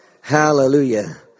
hallelujah